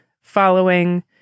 following